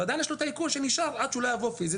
ועדיין יש לו את העיקול שנשאר עד שהוא לא יבוא פיזית.